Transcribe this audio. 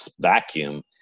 vacuum